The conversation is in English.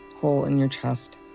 hole in your chest,